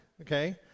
okay